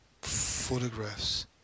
photographs